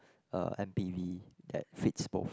a m_p_v that fits both